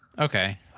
Okay